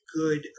good